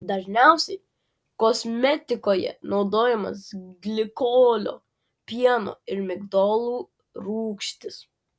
dažniausiai kosmetikoje naudojamos glikolio pieno ir migdolų rūgštys